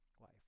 life